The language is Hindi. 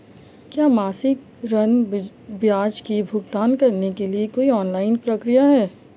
क्या मासिक ऋण ब्याज का भुगतान करने के लिए कोई ऑनलाइन प्रक्रिया है?